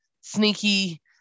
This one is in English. sneaky